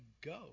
go